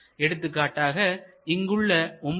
எடுத்துக்காட்டாக இங்குள்ள 9